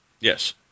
Yes